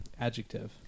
Adjective